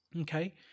Okay